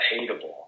hateable